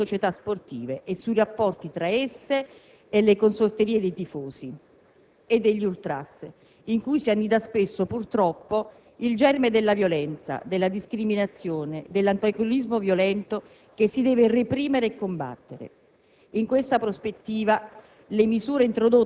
e un maggiore controllo sull'attività delle società sportive e sui rapporti tra esse e le consorterie dei tifosi e degli ultras, in cui si annida spesso, purtroppo, il germe della violenza, della discriminazione, dell'antagonismo violento che si deve reprimere e combattere.